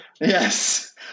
Yes